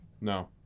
No